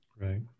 right